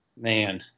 Man